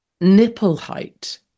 nipple-height